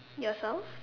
yourself